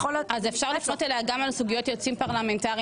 אפשר לפנות אליה גם בסוגיות של יועצים פרלמנטריים?